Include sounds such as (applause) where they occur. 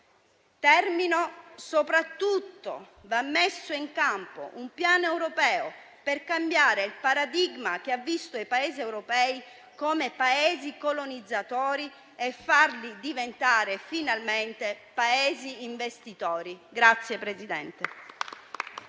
Italia. Soprattutto va messo in campo un piano europeo per cambiare il paradigma che ha visto i Paesi europei come colonizzatori e farli diventare finalmente Paesi investitori. (applause)